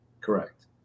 Correct